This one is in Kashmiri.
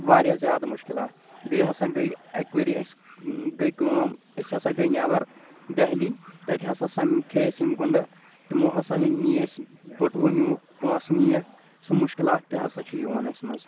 واریاہ زیادٕ مُشکلات بیٚیہِ ہسا گٔے اکہِ ؤری اسہِ گٔے کٲم أسۍ ہسا گٔے نٮ۪بر دہلی تتہِ ہسا سمکھیٚیہِ اسہِ یِم گُنٛڈٕ تِمو ہسا نی اسہِ بٔٹوٕ نیوٗکھ پونٛسہِ نِیَکھ سُہ مُشکلات تہِ ہسا چھُ یِوان اسہِ منٛز